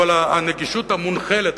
אבל הנגישות המונחלת,